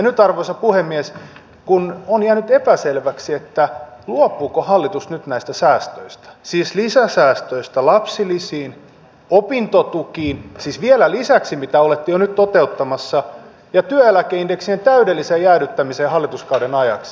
nyt arvoisa puhemies kun on jäänyt epäselväksi luopuuko hallitus nyt näistä säästöistä siis lisäsäästöistä lapsilisiin opintotukiin siis vielä niiden lisäksi mitä olette jo nyt toteuttamassa ja työeläkeindeksien täydellisestä jäädyttämisestä hallituskauden ajaksi kysyn